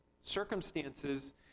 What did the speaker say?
Circumstances